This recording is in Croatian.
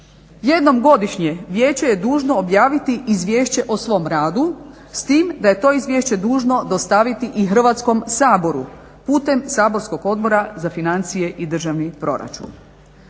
Jednom godišnje vijeće je dužno objaviti izvješće o svom radu, s tim da je to izvješće dužno dostaviti i Hrvatskom saboru putem saborskog Odbora za financije i državni proračun.